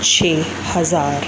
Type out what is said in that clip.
ਛੇ ਹਜ਼ਾਰ